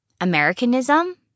Americanism